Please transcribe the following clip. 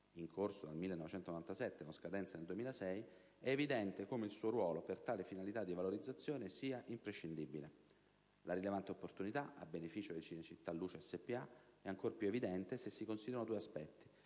(in corso dal 1997 con scadenza nel 2026) è evidente come il suo ruolo per tale finalità di valorizzazione sia imprescindibile. La rilevante opportunità a beneficio di Cinecittà Luce SpA è ancor più evidente se si considerano due aspetti.